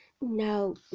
No